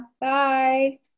Bye